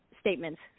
statements